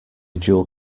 dual